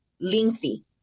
lengthy